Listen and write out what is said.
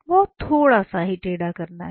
बहुत थोड़ा सा ही टेढ़ा करना है